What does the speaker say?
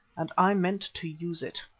and i meant to use it.